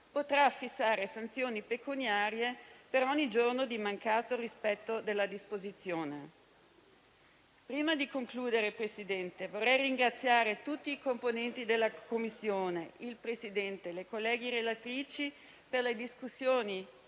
potrà fissare sanzioni pecuniarie per ogni giorno di mancato rispetto della disposizione. Prima di concludere, Presidente, vorrei ringraziare tutti i componenti della Commissione, il Presidente, le colleghe relatrici per le discussioni